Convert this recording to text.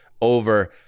over